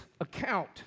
account